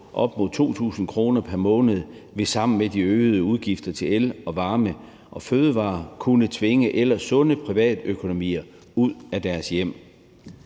op mod 2.000 kr. pr. måned vil sammen med de øgede udgifter til el og varme og fødevarer kunne tvinge folk med ellers sunde privatøkonomier ud af deres hjem.